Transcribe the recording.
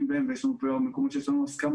יותר ויש מקומות שבהם יש לנו הסכמה.